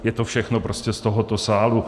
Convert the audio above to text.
Je to všechno prostě z tohoto sálu.